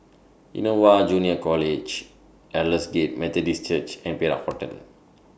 Innova Junior College Aldersgate Methodist Church and Perak Hotel